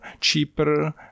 cheaper